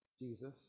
Jesus